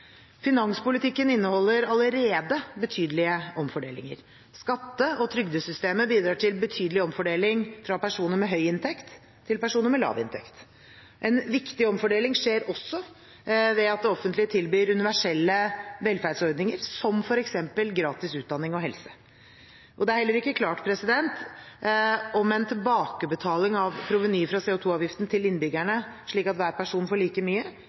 Finanspolitikken inneholder allerede betydelige omfordelinger. Skatte- og trygdesystemet bidrar til betydelig omfordeling fra personer med høy inntekt til personer med lav inntekt. En viktig omfordeling skjer også ved at det offentlige tilbyr universelle velferdsordninger som f.eks. gratis utdanning og helse. Det er heller ikke klart om en tilbakebetaling av provenyet fra CO 2 -avgiften til innbyggerne, slik at hver person får like mye,